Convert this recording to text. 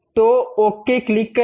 तो okay click करें